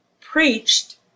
preached